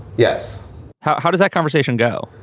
yes how how does that conversation go?